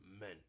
men